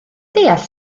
deall